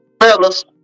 Fellas